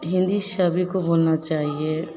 हिन्दी सभी को बोलना चाहिए